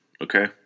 okay